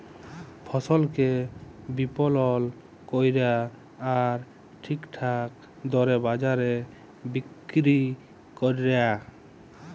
ফসলকে বিপলল ক্যরা আর ঠিকঠাক দরে বাজারে বিক্কিরি ক্যরা